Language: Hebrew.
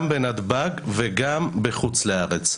גם בנתב"ג וגם בחוץ לארץ.